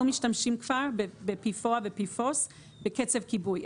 משתמשים כבר ב-PFOA ו-PFOS בקצף כיבוי.